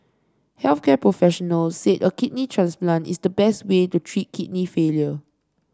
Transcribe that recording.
health care professionals said a kidney transplant is the best way to treat kidney failure